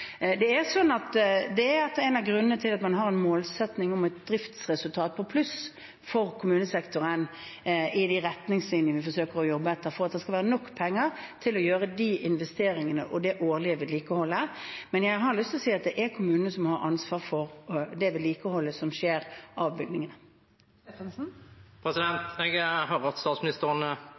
Det er en av grunnene til at man har en målsetting om et driftsresultat på pluss for kommunesektoren i de retningslinjene vi forsøker å jobbe etter, for at det skal være nok penger til å gjøre disse investeringene og ta det årlige vedlikeholdet. Men jeg har lyst til å si at det er kommunene som har ansvar for det vedlikeholdet som skjer av bygningene. Roy Steffensen – til oppfølgingsspørsmål. Jeg hører at statsministeren